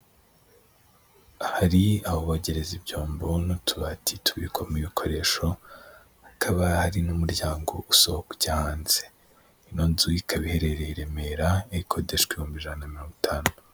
Hari aho bogereza ibyombo n'utubati tubikwamo ibikoresho, hakaba hari n'umuryango usohoka hanze, ino nzu ikaba iherereye i Remera, ikodeshwa ibihumbi ijana na mirongo itanu.